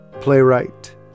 playwright